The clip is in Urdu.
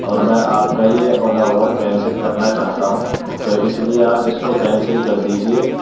اور میں آپ کا یہ اولا اوبر کینسل کرنا چاہتا ہوں تو اس لیے آپ اس کو کیسنل کر دیجئے